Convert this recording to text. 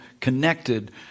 connected